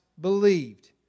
believed